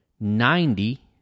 ninety